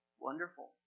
Wonderful